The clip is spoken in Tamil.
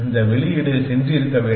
இந்த வெளியீடு சென்றிருக்க வேண்டும்